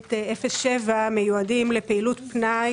בתכנית 07 מיועדים לפעילות פנאי